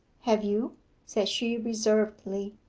have you said she reservedly.